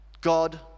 God